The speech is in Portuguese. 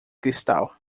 cristal